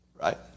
right